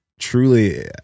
truly